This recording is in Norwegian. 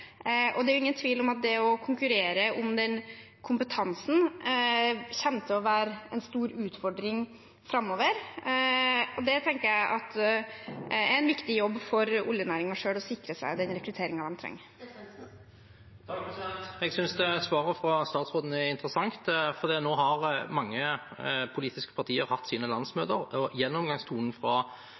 Det er ingen tvil om at det å konkurrere om den kompetansen kommer til å være en stor utfordring framover, og jeg tenker at det er en viktig jobb for oljenæringen selv å sikre seg den rekrutteringen den trenger. Jeg synes svaret fra statsråden er interessant, for nå har mange politiske partier hatt landsmøte, og gjennomgangstonen fra